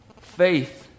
Faith